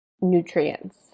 nutrients